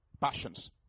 passions